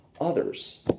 others